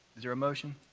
is there a motion?